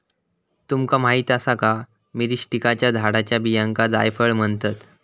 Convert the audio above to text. तुमका माहीत आसा का, मिरीस्टिकाच्या झाडाच्या बियांका जायफळ म्हणतत?